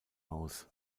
aus